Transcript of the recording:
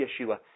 Yeshua